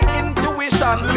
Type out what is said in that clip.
intuition